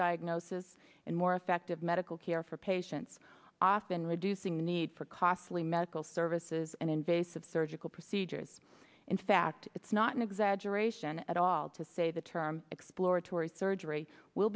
diagnosis and more effect of medical care for patients often reducing the need for costly medical services and invasive surgical procedures in fact it's not an exaggeration at all to say the term exploratory surgery will